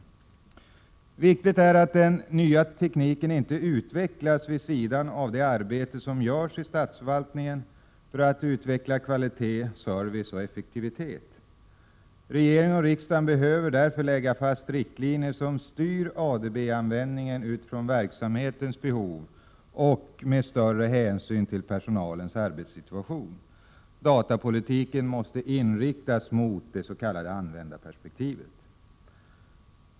Det är viktigt att den nya tekniken inte utvecklas vid sidan av det arbete som görs i statsförvaltningen för att utveckla kvalitet, service och effektivitet. Regering och riksdag måste därför lägga fast riktlinjer, som styr ADB användningen utifrån verksamhetens behov och tar större hänsyn till personalens arbetssituation. Datapolitiken måste inriktas mot det s.k. användarperspektivet.